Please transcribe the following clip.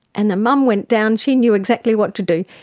and the mum went down, she knew exactly what to do,